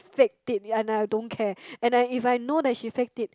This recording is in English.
faked it and I don't care and I if I know that she faked it